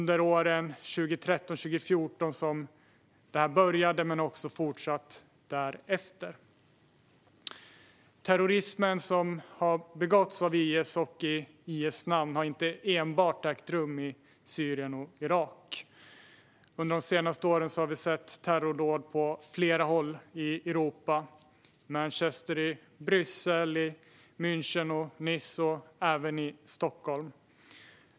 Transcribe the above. Det började 2013-2014 men har också fortsatt därefter. De terrorhandlingar som har begåtts av IS och i IS namn har inte enbart ägt rum i Syrien och Irak. De senaste åren har vi sett terrordåd på flera håll i Europa: Manchester, Bryssel, München, Nice och även Stockholm.